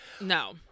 No